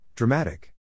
Dramatic